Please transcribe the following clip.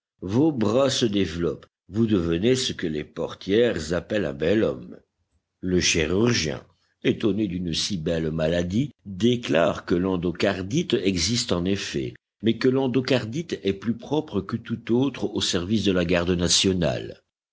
vos bras se développent vous devenez ce que les portières appellent un bel homme le chirurgien étonné d'une si belle maladie déclare que l'endocardite existe en effet mais que l'endocardite est plus propre que tout autre au service de la garde nationale